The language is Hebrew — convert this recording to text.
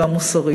גם מוסרית.